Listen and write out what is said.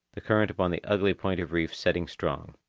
the current upon the ugly point of reef setting strong.